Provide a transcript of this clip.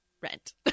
Rent